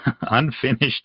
unfinished